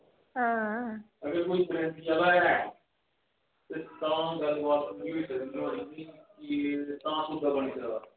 हां